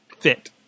fit